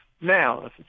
Now